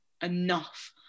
enough